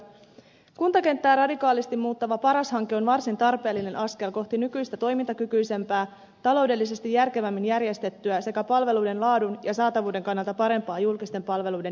kuntakenttää radikaalisti muuttava paras hanke on varsin tarpeellinen askel kohti nykyistä toimintakykyisempää taloudellisesti järkevämmin järjestettyä sekä palveluiden laadun ja saatavuuden kannalta parempaa julkisten palveluiden järjestelmää